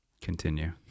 continue